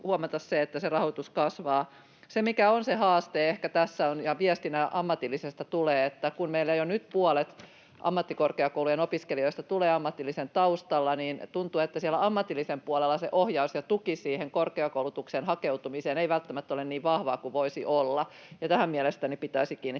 huomata se, että se rahoitus kasvaa. Se, mikä on ehkä se haaste tässä ja viestinä ammatillisesta tulee, että kun meillä jo nyt puolet ammattikorkeakoulujen opiskelijoista tulee ammatillisen taustalla, niin tuntuu, että siellä ammatillisen puolella se ohjaus ja tuki korkeakoulutukseen hakeutumiseen ei välttämättä ole niin vahvaa kuin voisi olla. Tähän mielestäni pitäisi